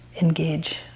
engage